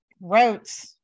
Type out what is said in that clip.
wrote